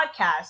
podcast